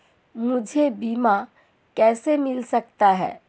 मुझे बीमा कैसे मिल सकता है?